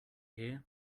hear